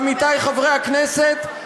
עמיתי חברי הכנסת,